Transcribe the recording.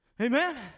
Amen